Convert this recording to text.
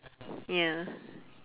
ya